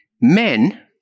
men